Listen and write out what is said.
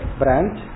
branch